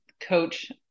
coach